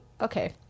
okay